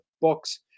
books